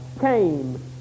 came